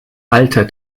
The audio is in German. alter